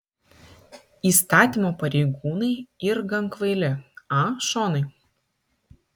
įstatymo pareigūnai yr gan kvaili a šonai